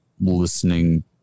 listening